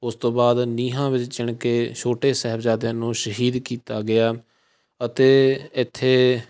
ਉਸ ਤੋਂ ਬਾਅਦ ਨੀਹਾਂ ਵਿੱਚ ਚਿਣ ਕੇ ਛੋਟੇ ਸਾਹਿਬਜ਼ਾਦਿਆਂ ਨੂੰ ਸ਼ਹੀਦ ਕੀਤਾ ਗਿਆ ਅਤੇ ਇੱਥੇ